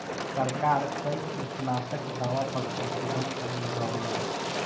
सरकार कई किटनास्क दवा पर प्रतिबन्ध लगवले बा